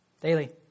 daily